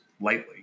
lightly